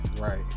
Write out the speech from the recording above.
Right